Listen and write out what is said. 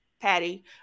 Patty